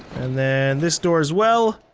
and then this door as well.